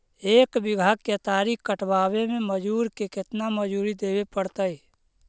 एक बिघा केतारी कटबाबे में मजुर के केतना मजुरि देबे पड़तै?